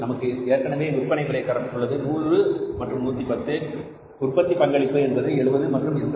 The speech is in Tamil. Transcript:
நமக்கு ஏற்கனவே விற்பனை விலை தரப்பட்டுள்ளது அது 100 மற்றும் 110 உற்பத்தி பங்களிப்பு 70 மற்றும் 87